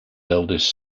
eldest